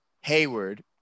Hayward